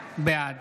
בעד